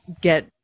get